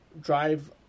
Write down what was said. drive